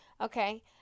okay